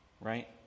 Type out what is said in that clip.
right